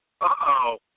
Uh-oh